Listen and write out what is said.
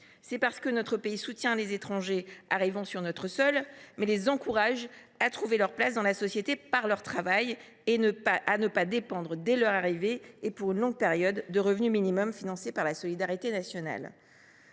termes, notre pays soutient les étrangers arrivant sur notre sol, mais les encourage à trouver leur place dans la société par leur travail et à ne pas dépendre dès leur arrivée et pour une longue période de revenus minimums financés par la solidarité nationale,